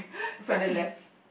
from the left